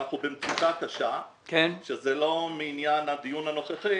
אנחנו במצוקה קשה וזה לא מעניין הדיון הנוכחי,